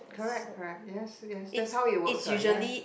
correct correct yes yes that's how it works what ya